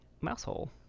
Mousehole